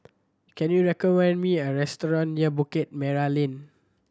can you recommend me a restaurant near Bukit Merah Lane